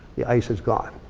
the ice is gone.